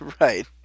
Right